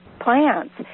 plants